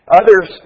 others